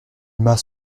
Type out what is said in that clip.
mas